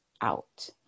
out